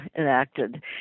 enacted